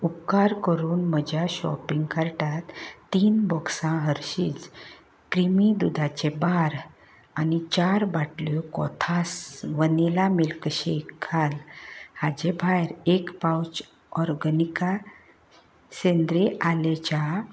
उपकार करून म्हज्या शॉपींग कार्टांत तीन बॉक्सां हरशीज क्रिमी दुदाचे बार आनी चार बाटल्यो कोतास वनिला मिल्क शेक हाड हाचे भायर एक पावच ऑर्गेनिका सेंद्रीय आलें च्या